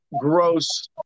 gross